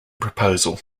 proposal